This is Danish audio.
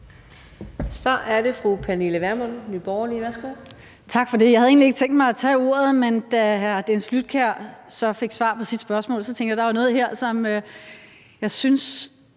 Så er det fru Pernille Vermund, Nye